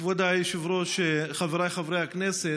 כבוד היושב-ראש, חבריי חברי הכנסת,